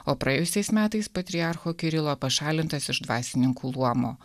o praėjusiais metais patriarcho kirilo pašalintas iš dvasininkų luomo